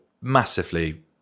massively